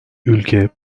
ülke